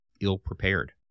ill-prepared